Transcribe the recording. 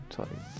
Sorry